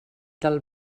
del